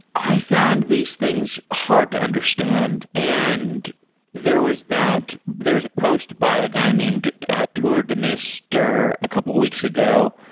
i found these things hard to understand. and there was that there was a post by a guy named tour demister a couple weeks ago,